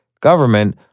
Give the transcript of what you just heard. government